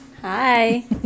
Hi